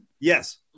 Yes